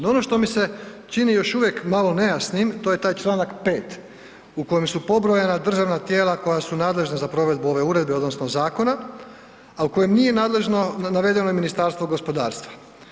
No ono što mi se čini još uvijek malo nejasnim, to je taj čl. 5.u kojem su pobrojana državna tijela koja su nadležna za provedbu ove uredbe odnosno zakona, a u kojem nije navedeno i Ministarstvo gospodarstva.